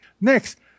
Next